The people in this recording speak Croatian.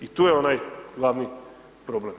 I tu je onaj glavni problem.